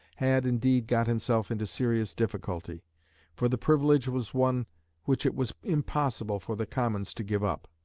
had, indeed, got himself into serious difficulty for the privilege was one which it was impossible for the commons to give up.